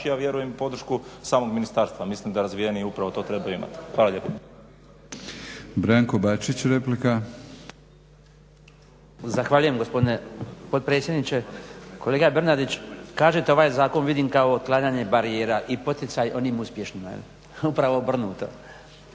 a vjerujem i podršku samog ministarstva. Mislim da razvijeni upravo to trebaju imati. Hvala lijepa.